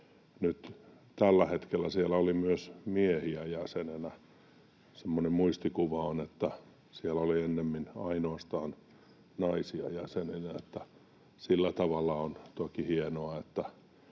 tällä hetkellä siellä oli myös miehiä jäseninä. Semmoinen muistikuva on, että siellä oli ennemmin ainoastaan naisia jäseninä, eli sillä tavalla on toki hienoa,